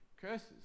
curses